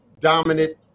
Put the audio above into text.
dominant